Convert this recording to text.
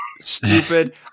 stupid